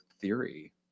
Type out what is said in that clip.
theory